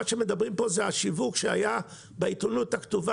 מדובר פה על השיווק שהיה בעיתונות הכתובה